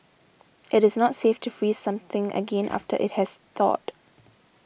it is not safe to freeze something again after it has thawed